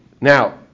now